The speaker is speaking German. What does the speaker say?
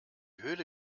höhle